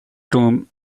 room